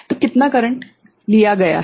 तो कितना करंट लिया गया है